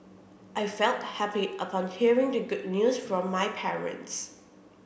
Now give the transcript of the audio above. I felt happy upon hearing the good news from my parents